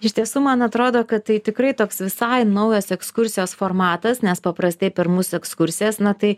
iš tiesų man atrodo kad tai tikrai toks visai naujas ekskursijos formatas nes paprastai per mūsų ekskursijas na tai